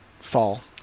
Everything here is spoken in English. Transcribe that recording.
Fall